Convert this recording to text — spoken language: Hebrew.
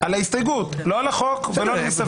על ההסתייגות, לא על החוק ולא מסביב.